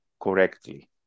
correctly